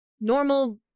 normal